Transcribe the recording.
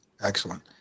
excellent